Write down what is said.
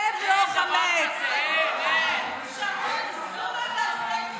תתארו לכם מצב שסבתא שמגיעה לבקר את הנכד